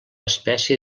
espècie